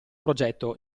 progetto